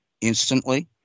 instantly